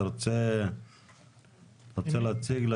אתה רוצה להציג?